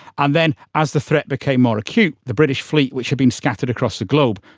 and then as the threat became more acute, the british fleet, which had been scattered across the globe,